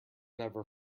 never